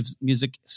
Music